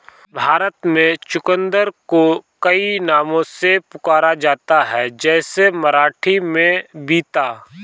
भारत में चुकंदर को कई नामों से पुकारा जाता है जैसे मराठी में बीता